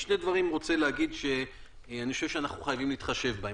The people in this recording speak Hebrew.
אני רוצה להגיד שני דברים שאני חושב שאנחנו חייבים להתחשב בהם.